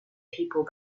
people